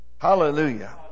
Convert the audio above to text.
hallelujah